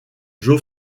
joe